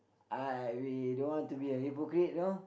I we don't want to be a hypocrite know